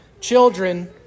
children